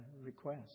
requests